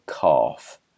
calf